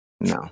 No